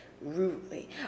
Rudely